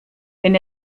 wenn